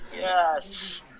Yes